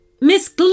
Miss